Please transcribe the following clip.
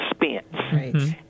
expense